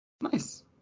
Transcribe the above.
Nice